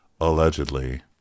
Allegedly